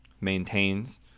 maintains